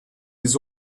des